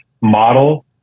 model